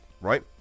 right